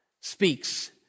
speaks